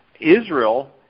Israel